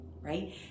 right